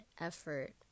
effort